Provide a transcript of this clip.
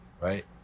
right